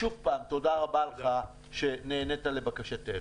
שוב, תודה אבה שנענית לבקשתנו.